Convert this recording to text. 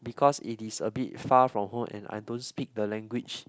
because it is a bit far from home and I don't speak the language